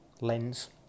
lens